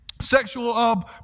sexual